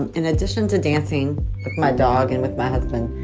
in addition to dancing with my dog and with my husband,